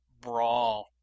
brawl